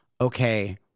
okay